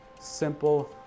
simple